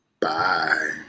Bye